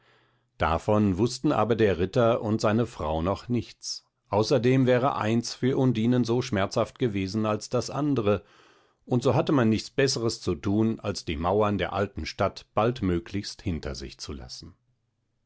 davon wußten aber der ritter und seine frau noch nichts außerdem wäre eins für undinen so schmerzhaft gewesen als das andre und so hatte man nichts beßres zu tun als die mauern der alten stadt baldmöglichst hinter sich zu lassen